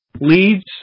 leads –